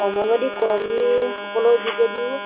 অংগনবাদী কৰ্মীসকলৰ যোগেদিও